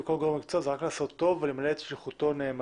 רק לעשות טוב ולמלא את שליחותו נאמנה.